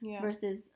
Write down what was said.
versus